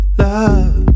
love